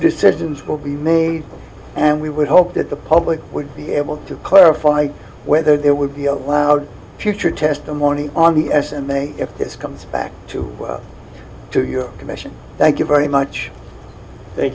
decisions will be made and we would hope that the public would be able to clarify whether that would be allowed future testimony on the s and may if this comes back to to your commission thank you very much th